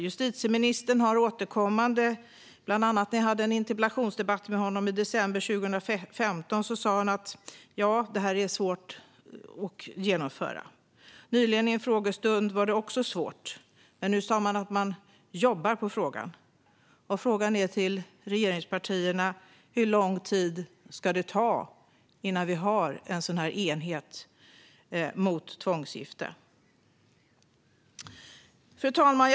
Justitieministern har återkommande sagt, bland annat i en interpellationsdebatt jag hade med honom i december 2015, att det är svårt att genomföra. Nyligen i en frågestund var det också svårt, men nu sa man att man jobbar med frågan. Min fråga till regeringspartierna är: Hur lång tid ska det ta innan det finns sådan enhet mot tvångsgifte? Fru talman!